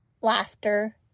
laughter